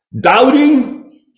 doubting